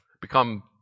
become